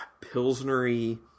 pilsnery